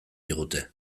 digute